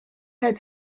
had